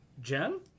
jen